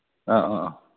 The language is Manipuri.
ꯑꯥ ꯑꯥ